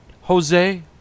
Jose